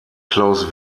klaus